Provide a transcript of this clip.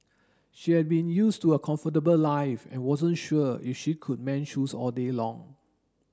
she had been used to a comfortable life and wasn't sure if she could mend shoes all day long